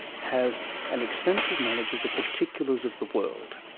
has an extensive knowledge of the particulars of the world,